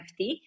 NFT